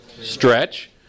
Stretch